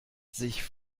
sich